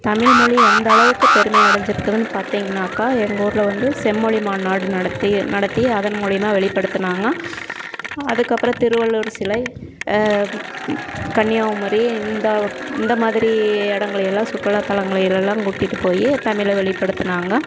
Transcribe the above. தமிழ்மொழி எந்த அளவுக்கு பெருமை அடைஞ்சுருக்குதுன்னு பார்த்தீங்கன்னாக்கா எங்கள் ஊரில் வந்து செம்மொழி மாநாடு நடத்தி நடத்தி அதன் மூலிமா வெளிப்படுத்தினாங்க அதுக்கப்புறம் திருவள்ளுவர் சிலை கன்னியாகுமரி இந்த இந்த மாதிரி இடங்களையெல்லாம் சுற்றுலா தலங்களையெல்லாம் கூட்டிட்டு போய் தமிழை வெளிப்படுத்தினாங்க